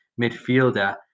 midfielder